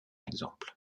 exemple